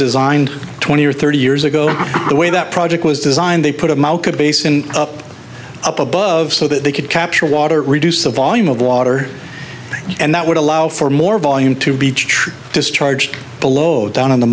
designed twenty or thirty years ago the way that project was designed they put them out base in up up above so that they could capture water reduce the volume of water and that would allow for more volume to be discharged below down on the